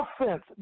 offense